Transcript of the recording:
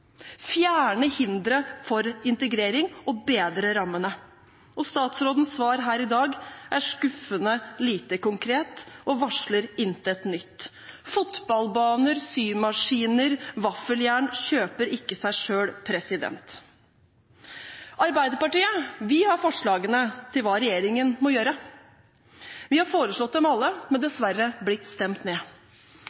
fjerne hindre for integrering og bedre rammene. Statsrådens svar her i dag er skuffende lite konkret og varsler intet nytt. Fotballbaner, symaskiner og vaffeljern kjøper ikke seg selv. Vi i Arbeiderpartiet har forslagene til hva regjeringen må gjøre. Vi har fremmet dem alle, men